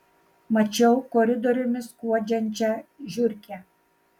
mačiau koridoriumi skuodžiančią žiurkę